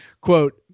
Quote